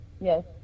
Yes